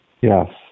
Yes